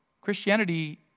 Christianity